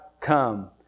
come